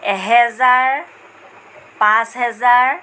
এহেজাৰ পাঁচ হেজাৰ